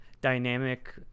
dynamic